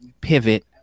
pivot